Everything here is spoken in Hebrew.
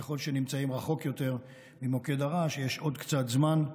ככל שנמצאים רחוק יותר ממוקד הרעש יש עוד קצת זמן.